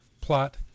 plot